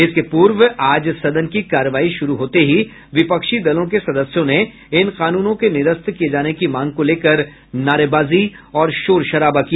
इसके पूर्व आज सदन की कार्यवाही शुरु होते ही विपक्षी दलों के सदस्यों ने इन कानूनों के निरस्त किये जाने की मांग को लेकर नारेबाजी और शोर शराबा किया